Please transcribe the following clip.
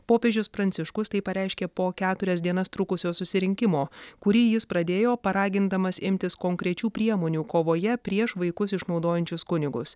popiežius pranciškus tai pareiškė po keturias dienas trukusio susirinkimo kurį jis pradėjo paragindamas imtis konkrečių priemonių kovoje prieš vaikus išnaudojančius kunigus